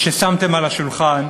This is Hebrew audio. ששמתם על השולחן,